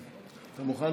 השר, אתה מוכן